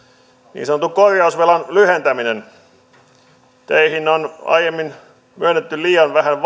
niin sanotun korjausvelan lyhentäminen teiden ylläpitoon on aiemmin myönnetty liian vähän